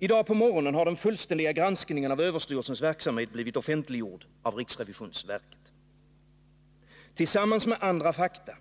I dag på morgonen har den fullständiga granskningen av överstyrelsens verksamhet blivit offentliggjord av riksrevisionsverket. Tillsammans med andra fakta